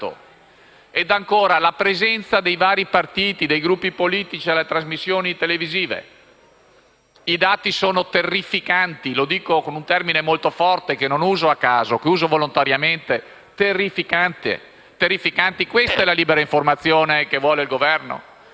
alla presenza dei vari partiti e dei Gruppi politici nelle trasmissioni televisive, i dati sono terrificanti. Lo dico con un termine molto forte, che non uso a caso, ma uso volontariamente: terrificanti. Questa è la libera informazione che vuole il Governo?